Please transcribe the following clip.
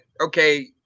okay